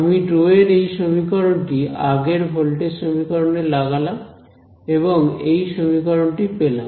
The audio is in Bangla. আমি রো এর এই সমীকরণটি আগের ভোল্টেজ সমীকরণে লাগালাম এবং এই সমীকরণটি পেলাম